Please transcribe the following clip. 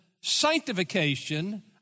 sanctification